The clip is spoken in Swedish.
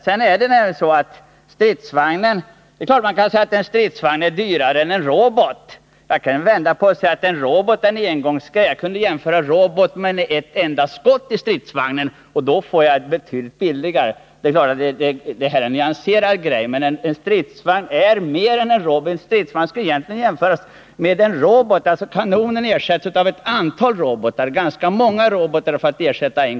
Sedan är det klart att man kan säga att en stridsvagn är dyrare än en robot. Men jag kan vända på det och säga: Roboten är en engångshistoria, och den kunde jämföras med ett enda skott från en stridsvagn. Då blir det betydligt billigare med stridsvagn. Det är klart att det också är fråga om nyanseringar, men en stridsvagn är i alla fall mer än en robot. Man kan jämföra och säga att en kanon i en stridsvagn behöver ersättas av ett antal robotar, ganska många sådana.